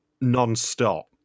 non-stop